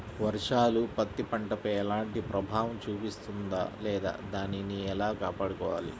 వర్షాలు పత్తి పంటపై ఎలాంటి ప్రభావం చూపిస్తుంద లేదా దానిని ఎలా కాపాడుకోవాలి?